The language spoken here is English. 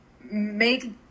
make